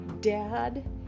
dad